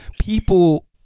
people